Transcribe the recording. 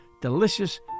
delicious